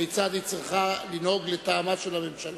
כיצד היא צריכה לנהוג לטעמה של הממשלה.